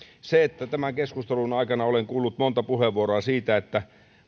tämän keskustelun aikana olen kuullut monta puheenvuoroa siitä että